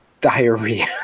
diarrhea